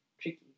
Tricky